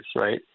right